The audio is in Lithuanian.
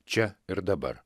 čia ir dabar